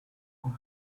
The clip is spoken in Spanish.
con